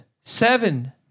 seven